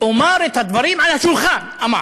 אומַר את הדברים על השולחן, אמר.